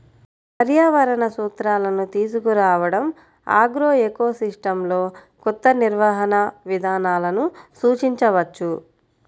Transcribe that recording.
పర్యావరణ సూత్రాలను తీసుకురావడంఆగ్రోఎకోసిస్టమ్లోకొత్త నిర్వహణ విధానాలను సూచించవచ్చు